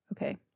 Okay